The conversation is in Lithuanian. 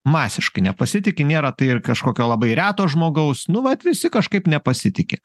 masiškai nepasitiki nėra tai ir kažkokio labai reto žmogaus nu vat visi kažkaip nepasitiki